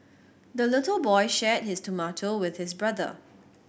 the little boy shared his tomato with his brother